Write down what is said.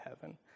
heaven